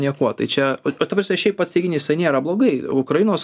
niekuo tai čia ta prasme šiaip pats teiginys tai nėra blogai ukrainos